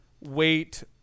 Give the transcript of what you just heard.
wait